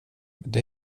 det